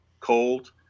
Cold